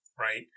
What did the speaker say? right